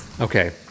Okay